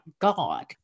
God